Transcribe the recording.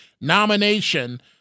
nomination